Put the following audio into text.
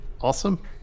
awesome